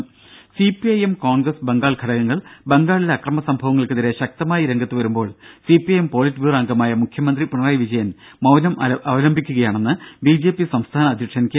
ദ്ദേ സിപിഐഎം കോൺഗ്രസ് ബംഗാൾ ഘടകങ്ങൾ ബംഗാളിലെ അക്രമ സംഭവങ്ങൾക്കെതിരെ ശക്തമായി രംഗത്ത് വരുമ്പോൾ സിപിഐഎം പൊളിറ്റ് ബ്യൂറോ അംഗമായ മുഖ്യമന്ത്രി പിണറായി വിജയൻ മൌനം അവലംബിക്കുകയാണെന്ന് ബിജെപി സംസ്ഥാന അധ്യക്ഷൻ കെ